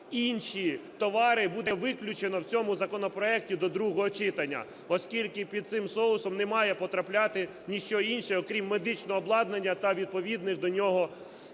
"інші товари" буде виключено в цьому законопроекті до другого читання, оскільки під цим соусом не має потрапляти ніщо інше, окрім медичного обладнання та відповідних до нього еквіпменту.